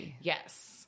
Yes